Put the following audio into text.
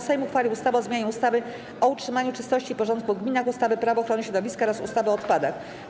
Sejm uchwalił ustawę o zmianie ustawy o utrzymaniu czystości i porządku w gminach, ustawy - Prawo ochrony środowiska oraz ustawy o odpadach.